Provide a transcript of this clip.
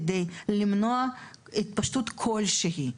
כדי למנוע התפשטות כלשהי,